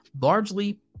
Largely